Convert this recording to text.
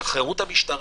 שחררו את המשטרה,